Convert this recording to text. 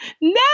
No